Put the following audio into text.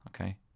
Okay